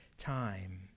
time